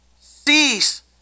cease